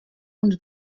uns